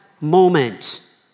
moment